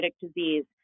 disease